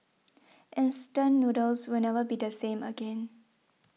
instant noodles will never be the same again